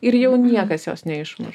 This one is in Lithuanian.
ir jau niekas jos neišmuš